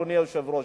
אדוני היושב-ראש.